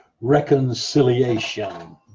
reconciliation